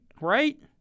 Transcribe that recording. Right